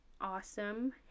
awesome